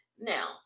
Now